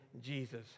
Jesus